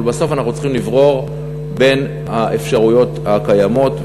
אבל בסוף אנחנו צריכים לברור בין האפשרויות הקיימות,